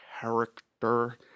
character